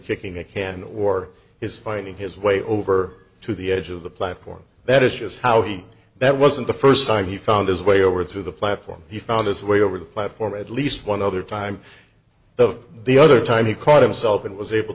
kicking a can or is finding his way over to the edge of the platform that is just how he that wasn't the st time he found his way over to the platform he found his way over the platform at least one other time of the other time he caught himself and was able